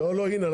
לא, מה פתאום?